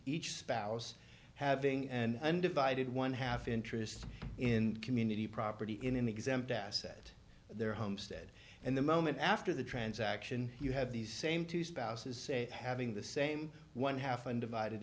each spouse having and divided one half interest in community property in an exempt asset their homestead and the moment after the transaction you have these same two spouses say having the same one half undivided